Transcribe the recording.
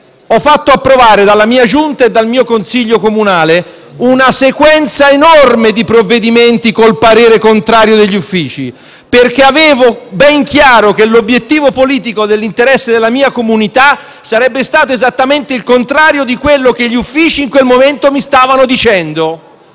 ho fatto approvare dalla mia giunta e dal mio consiglio comunale una sequenza enorme di provvedimenti col parere contrario degli uffici, perché avevo ben chiaro che l'obiettivo politico dell'interesse della mia comunità sarebbe stato esattamente il contrario di quello che gli uffici in quel momento mi stavano dicendo.